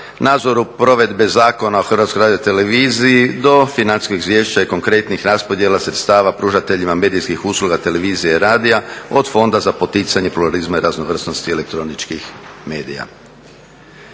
nadzoru provedbe Zakona o HRT-u do financijskog izvješća i konkretnih raspodjela sredstava pružateljima medijskih usluga televizije i radija od Fonda za poticanje pluralizma i raznovrsnosti elektroničkih medija.